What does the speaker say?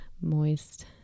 Moist